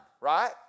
right